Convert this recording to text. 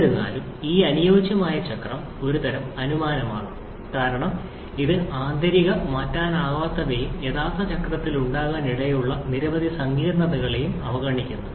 എന്നിരുന്നാലും ഈ അനുയോജ്യമായ ചക്രം ഒരുതരം അനുമാനമാണ് കാരണം ഇത് ആന്തരിക മാറ്റാനാകാത്തവയെയും യഥാർത്ഥ ചക്രത്തിൽ ഉണ്ടാകാനിടയുള്ള നിരവധി സങ്കീർണതകളെയും അവഗണിക്കുന്നു